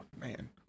man